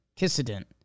incident